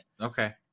okay